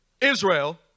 Israel